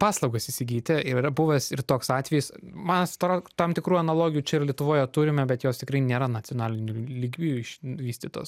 paslaugas įsigyti ir yra buvęs ir toks atvejis mas atro tam tikrų analogijų čia ir lietuvoje turime bet jos tikrai nėra nacionaliniu lygiu iš vystytos